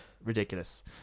Ridiculous